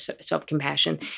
self-compassion